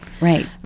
right